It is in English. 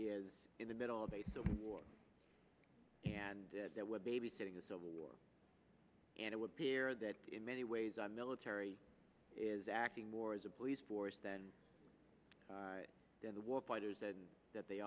is in the middle of a war and that would babysitting a civil war and it would appear that in many ways our military is acting more as a police force than than the war fighters and that they